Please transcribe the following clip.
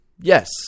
Yes